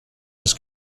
his